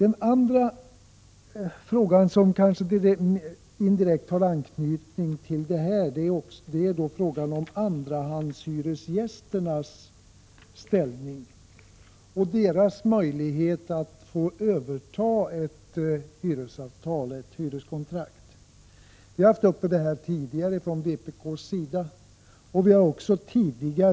En annan fråga som indirekt har anknytning till detta gäller andrahandshyresgästernas ställning och deras möjlighet att överta ett hyreskontrakt. Vi har redan tidigare haft denna fråga uppe från vpk:s sida.